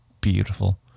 Beautiful